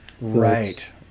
Right